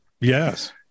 Yes